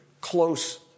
close